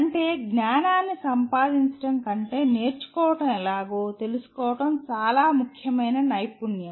అంటే జ్ఞానాన్ని సంపాదించడం కంటే నేర్చుకోవడం ఎలాగో తెలుసుకోవడం చాలా ముఖ్యమైన నైపుణ్యం